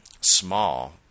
small